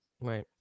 right